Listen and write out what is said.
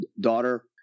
daughter